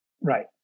right